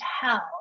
tell